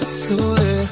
slowly